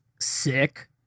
Sick